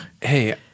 Hey